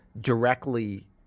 directly